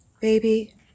Baby